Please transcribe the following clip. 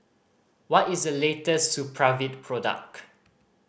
what is the latest Supravit product